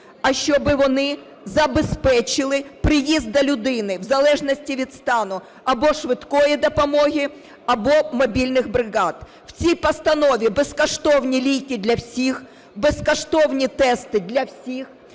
а щоби вони забезпечили приїзд до людини в залежності від стану або швидкої допомоги, або мобільних бригад. В цій постанові – безкоштовні ліки для всіх, безкоштовні тести для всіх,